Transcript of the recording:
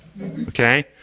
Okay